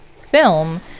film